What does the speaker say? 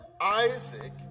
Isaac